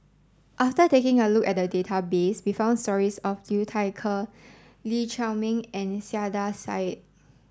after taking a look at the database we found stories about Liu Thai Ker Lee Chiaw Meng and Saiedah Said